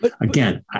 again